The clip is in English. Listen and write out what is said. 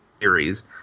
series